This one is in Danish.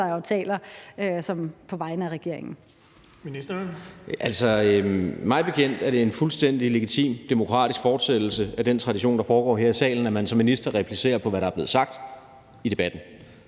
der jo taler på vegne af regeringen.